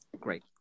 great